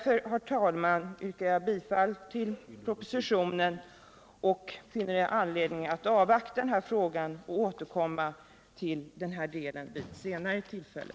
Mot denna bakgrund yrkar jag bifall till propositionens förslag och finner anledning att avvakta i frågan för att återkomma vid ett senare tillfälle.